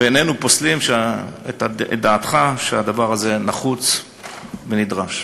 ואיננו פוסלים את דעתך שהדבר הזה נחוץ ונדרש.